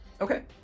okay